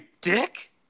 dick